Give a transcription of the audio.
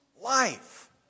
life